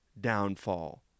downfall